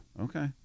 okay